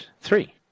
three